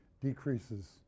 decreases